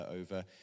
over